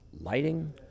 lighting